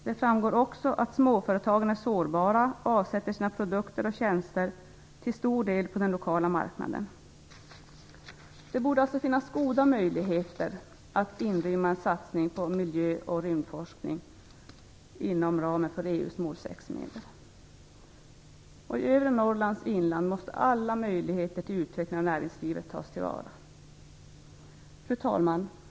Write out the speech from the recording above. Det framgår också att småföretagarna är sårbara och avsätter sina produkter och tjänster till stor del på den lokala marknaden. Det borde alltså finnas goda möjligheter att inrymma en satsning på miljö och rymdforskning inom ramen för EU:s mål 6-medel. I övre Norrlands inland måste alla möjligheter till utveckling av näringslivet tas till vara. Fru talman!